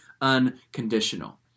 unconditional